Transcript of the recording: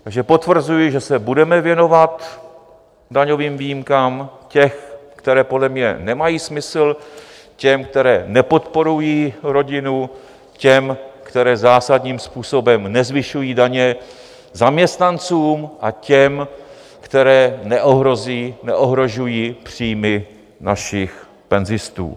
Takže potvrzuji, že se budeme věnovat daňovým výjimkám těm, které podle mě nemají smysl, těm, které nepodporují rodinu, těm, které zásadním způsobem nezvyšují daně zaměstnancům, a těm, které neohrožují příjmy našich penzistů.